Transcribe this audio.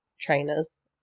trainers